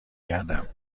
گردم